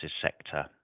sector